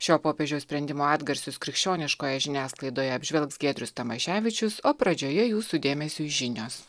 šio popiežiaus sprendimo atgarsius krikščioniškoje žiniasklaidoje apžvelgs giedrius tamaševičius o pradžioje jūsų dėmesiui žinios